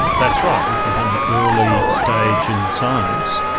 that's right this is an early stage in the science.